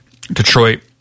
Detroit